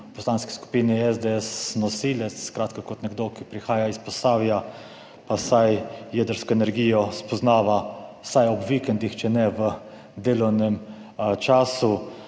Poslanski skupini SDS nosilec kot nekdo, ki prihaja iz Posavja pa jedrsko energijo spoznava vsaj ob vikendih, če ne v delovnem času,